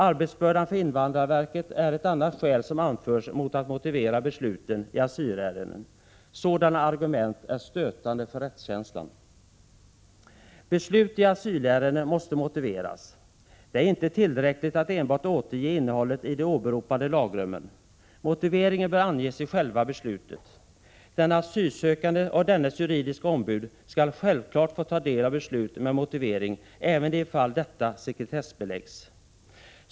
Arbetsbördan för invandrarver ket är ett annat skäl som anförs mot att motivera besluten i asylärenden. Sådana argument är stötande för rättskänslan. Beslut i asylärenden måste motiveras. Det är inte tillräckligt att enbart återge innehållet i de åberopade lagrummen. Motiveringen bör anges i själva beslutet. Den asylsökande och dennes juridiska ombud skall självfallet få ta del av beslutet med motivering, även i de fall där detta sekretessbeläggs.